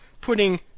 putting